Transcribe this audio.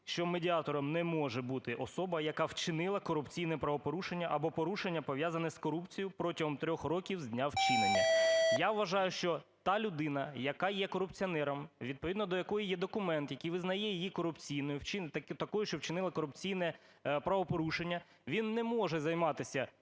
що медіатором не може бути особа, "яка вчинила корупційне правопорушення або порушення, пов'язане з корупцією, - протягом трьох років з дня вчинення". Я вважаю, що та людина, яка є корупціонером, відповідно до якої є документ, який визнає її корупційною, такою, що вчинила корупційне правопорушення, він не може займатися: ні